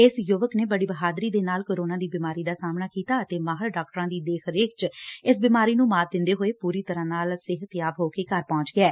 ਇਸ ਯੁਵਕ ਨੇ ਬਤੀ ਬਹਾਦਰੀ ਦੇ ਨਾਲ ਕਰੋਨਾ ਦੀ ਬਿਮਾਰੀ ਦਾ ਸਹਾਮਣਾ ਕੀਤਾ ਅਤੇ ਮਾਹਿਰ ਡਾਕਟਰਾਂ ਦੀ ਦੇਖ ਰੇਖ ਵਿੱਚ ਇਸ ਬਿਮਾਰੀ ਨੂੰ ਮਾਤ ਦਿੰਦੇ ਹੋਏ ਪੁਰੀ ਤਰ੍ਹਾ ਨਾਲ ਸਿਹਤਮੰਦ ਹੋ ਕੇ ਘਰ ਪਹੁੰਚ ਗਿਐ